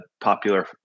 popular